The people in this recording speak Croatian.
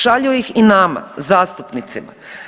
Šalju ih i nama zastupnicima.